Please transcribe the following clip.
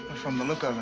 from the look